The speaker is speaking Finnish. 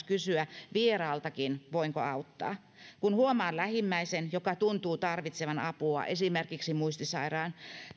kysyä vieraaltakin että voinko auttaa kun huomaa lähimmäisen joka tuntuu tarvitsevan apua esimerkiksi muistisairaan